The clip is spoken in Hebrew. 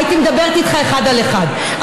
הייתי מדברת איתך אחד על אחד,